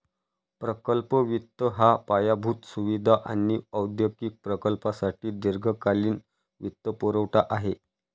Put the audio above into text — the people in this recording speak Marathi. प्रकल्प वित्त हा पायाभूत सुविधा आणि औद्योगिक प्रकल्पांसाठी दीर्घकालीन वित्तपुरवठा आहे